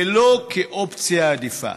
ולא כאופציה עדיפה.